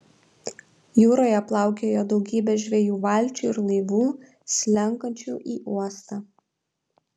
jūroje plaukiojo daugybė žvejų valčių ir laivų slenkančių į uostą